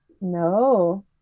No